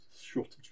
shortage